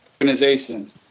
organization